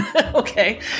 Okay